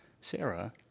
Sarah